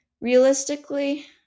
Realistically